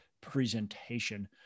presentation